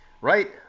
Right